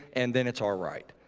and then it's all right.